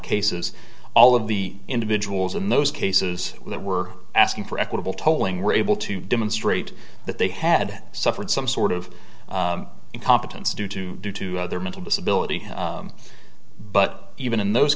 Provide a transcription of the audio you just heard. cases all of the individuals in those cases that we're asking for equitable tolling were able to demonstrate that they had suffered some sort of incompetence due to due to other mental disability but even in those